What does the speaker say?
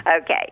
Okay